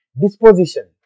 Disposition